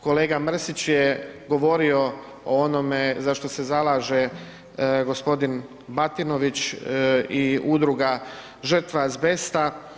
Kolega Mrsić je govorio o onome za što se zalaže gospodin Batinović i Udruga žrtva azbesta.